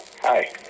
Hi